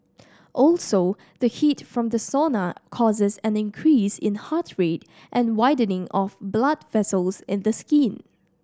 also the heat from the sauna causes an increase in heart rate and widening of blood vessels in the skin